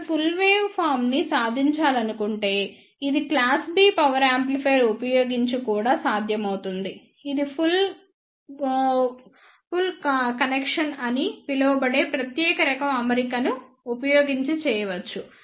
ఇప్పుడు full wave form ని సాధించాలనుకుంటే ఇది క్లాస్ B పవర్ యాంప్లిఫైయర్ ఉపయోగించి కూడా సాధ్యమవుతుంది ఇది పుష్ పుల్ కనెక్షన్ అని పిలువబడే ప్రత్యేక రకం అమరికను ఉపయోగించి చేయవచ్చు